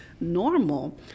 normal